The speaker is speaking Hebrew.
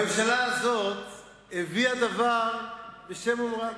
הממשלה הזאת הביאה דבר בשם אומרו,